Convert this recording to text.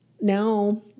now